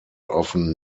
often